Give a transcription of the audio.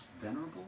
venerable